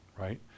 right